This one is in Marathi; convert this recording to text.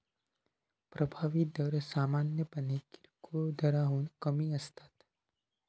प्रभावी दर सामान्यपणे किरकोळ दराहून कमी असता